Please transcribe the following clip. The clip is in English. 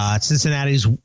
Cincinnati's